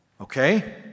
Okay